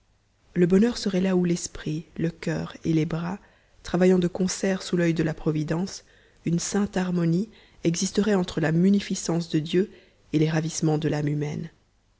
le bonheur serait là où l'esprit le cur et les bras travaillant de concert sous l'il de la providence une sainte harmonie existerait entre la munificence de dieu et les ravissements de l'âme humaine